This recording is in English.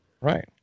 Right